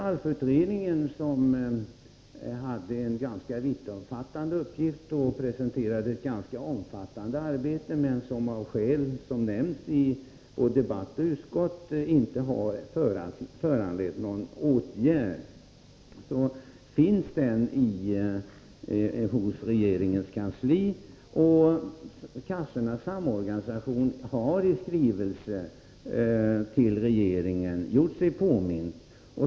ALF-utredningen — som hade en ganska vittomfattande uppgift och presenterade ett ganska omfattande arbete, men som av skäl som nämnts både i debatten här och i utskottet inte har föranlett någon åtgärd — finns ändå i regeringens kansli, och kassornas samorganisation har i en skrivelse till regeringen gjort sig påmind.